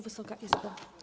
Wysoka Izbo!